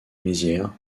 mézières